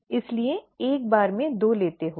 इसलिए एक बार में दो लेते हुए